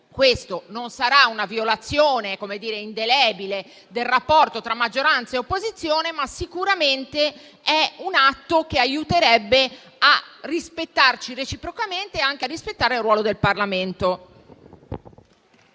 Questa non sarà una violazione indelebile del rapporto tra maggioranza e opposizione, ma evitarla è sicuramente un atto che aiuterebbe a rispettarci reciprocamente e anche a rispettare il ruolo del Parlamento.